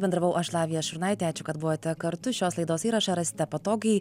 bendravau aš lavija šurnaitė ačiū kad buvote kartu šios laidos įrašą rasite patogiai